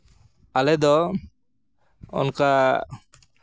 ᱟᱞᱮᱫᱚ ᱚᱱᱠᱟ